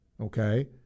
okay